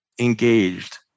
engaged